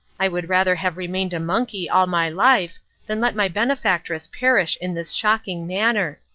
i would rather have remained a monkey all my life than let my benefactress perish in this shocking manner.